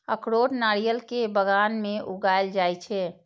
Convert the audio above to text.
अखरोट नारियल के बगान मे उगाएल जाइ छै